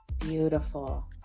Beautiful